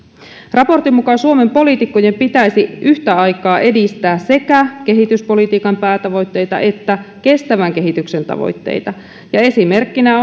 raportin mukaan suomen poliitikkojen pitäisi yhtä aikaa edistää sekä kehityspolitiikan päätavoitteita että kestävän kehityksen tavoitteita ja esimerkkinä